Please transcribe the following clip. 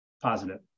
positive